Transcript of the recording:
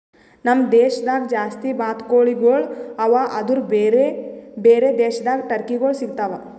ನಮ್ ದೇಶದಾಗ್ ಜಾಸ್ತಿ ಬಾತುಕೋಳಿಗೊಳ್ ಅವಾ ಆದುರ್ ಬೇರೆ ಬೇರೆ ದೇಶದಾಗ್ ಟರ್ಕಿಗೊಳ್ ಸಿಗತಾವ್